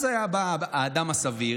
אז היה בא האדם הסביר,